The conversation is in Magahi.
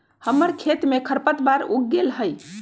हमर खेत में खरपतवार उग गेल हई